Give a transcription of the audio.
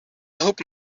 hope